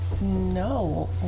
No